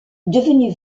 devenue